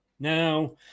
Now